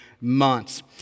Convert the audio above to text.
months